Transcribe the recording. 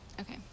Okay